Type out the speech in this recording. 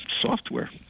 software